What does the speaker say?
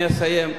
אני אסיים.